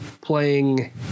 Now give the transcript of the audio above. playing